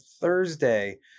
Thursday